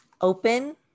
open